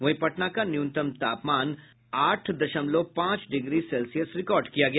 वहीं पटना का न्यूनतम तापमान आठ दशमलव पांच डिग्री सेल्सियस रिकॉर्ड किया गया